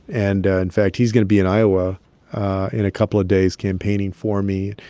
and ah in fact, he's going to be in iowa in a couple of days campaigning for me.